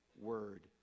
word